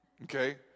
Okay